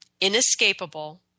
inescapable